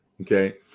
okay